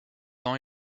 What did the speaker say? ans